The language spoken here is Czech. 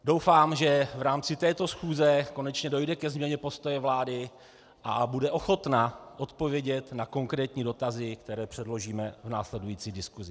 Doufám, že v rámci této schůze konečně dojde ke změně postoje vlády a bude ochotna odpovědět na konkrétní dotazy, které předložíme v následující diskusi.